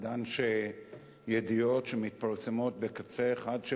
בעידן שידיעות שמתפרסמות בקצה אחד של